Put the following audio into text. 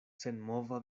senmova